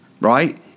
right